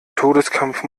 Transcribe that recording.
todeskampf